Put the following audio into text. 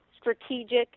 strategic